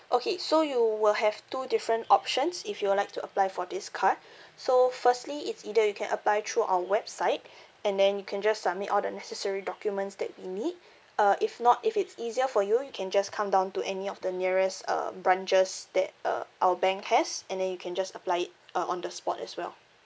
okay so you will have two different options if you would like to apply for this card so firstly it's either you can apply through our website and then you can just submit all the necessary documents that you need uh if not if it's easier for you you can just come down to any of the nearest um branches that uh our bank has and then you can just apply it uh on the spot as well